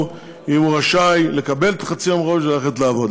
אם הוא רשאי לקבל את חצי יום החופשה וללכת לעבוד.